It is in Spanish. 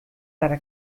para